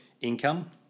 income